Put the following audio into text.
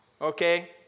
Okay